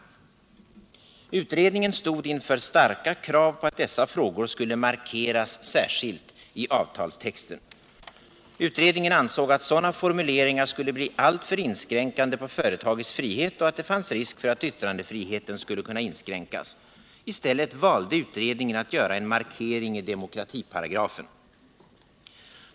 Utredningen stod inför starka krav på att dessa frågor skulle markeras särskilt i avtalstexten. Utredningen ansåg att sådana formuleringar skulle bli alltför inskränkande på företagets frihet och att det fanns risk för att yttrandefriheten skulle kunna inskränkas. I stället valde utredningen att göra en markering i demokratiparagrafen.